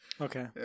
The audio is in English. Okay